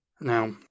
Now